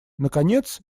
наконец